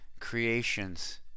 creations